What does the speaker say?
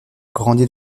grandi